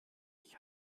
ich